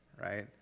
right